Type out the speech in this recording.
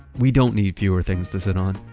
we don't need fewer things to sit on.